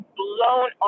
blown